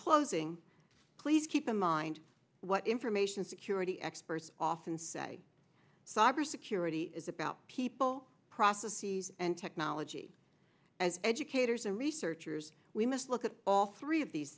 closing please keep in mind what information security experts often say cybersecurity is about people processes and technology as educators and researchers we must look at all three of these